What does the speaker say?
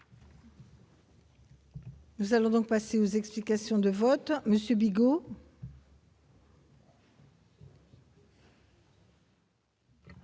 Nous avons donc passé aux explications de vote Monsieur Bigot.